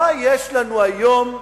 מה יש לנו היום,